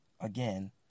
again